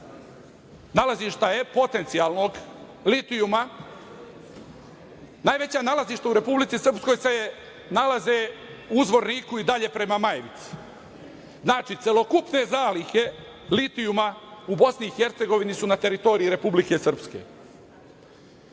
krak tog nalazišta, potencijalnog litijuma, najveća nalazišta u Republici Srpskoj se nalaze u Zvorniku i dalje prema Majevici. Znači, celokupne zalihe litijuma u BiH su na teritoriji Republike Srpske. Proces